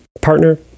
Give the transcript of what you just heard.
partner